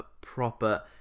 proper